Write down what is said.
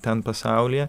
ten pasaulyje